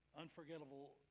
unforgettable